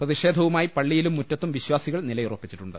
പ്രതിഷേധവുമായി പള്ളിയിലും മുറ്റത്തും വിശ്വാസികൾ നിലയുറപ്പിച്ചിട്ടുണ്ട്